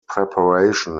preparation